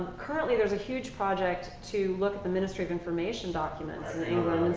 currently there's a huge project to look at the ministry of information documents in england.